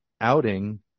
outing